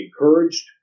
encouraged